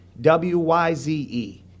WYZE